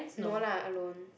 no lah alone